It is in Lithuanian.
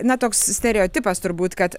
na toks stereotipas turbūt kad